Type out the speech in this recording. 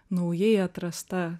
naujai atrasta